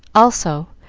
also,